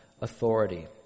authority